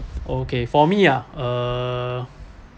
okay for me ah err